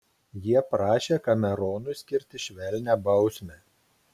jie prašė kameronui skirti švelnią bausmę